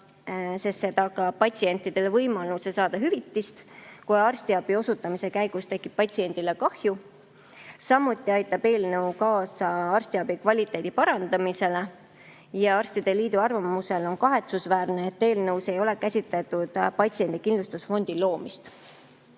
sest see tagab patsientidele võimaluse saada hüvitist, kui arstiabi osutamise käigus tekib patsiendile kahju. Samuti aitab eelnõu kaasa arstiabi kvaliteedi parandamisele. Ja arstide liidu arvamusel on kahetsusväärne, et eelnõus ei ole käsitletud patsiendi kindlustusfondi loomist.